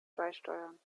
beisteuern